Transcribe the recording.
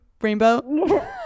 rainbow